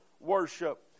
Worship